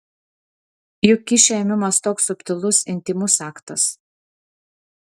juk kyšio ėmimas toks subtilus intymus aktas